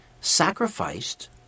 sacrificed